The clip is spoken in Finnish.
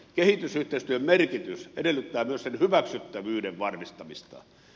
kehitysyhteistyön merkitys edellyttää myös sen hyväksyttävyyden varmistamista